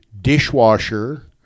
dishwasher